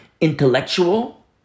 intellectual